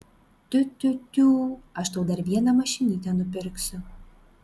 tiu tiu tiū aš tau dar vieną mašinytę nupirksiu